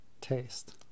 taste